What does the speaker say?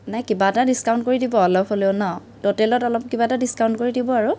নাই কিবা এটা ডিছকাউণ্ট কৰি দিব অলপ হ'লেও ন টোটেলত অলপ কিবা এটা ডিছকাউণ্ট কৰি দিব আৰু